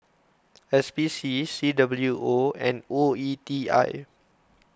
S P C C W O and O E T I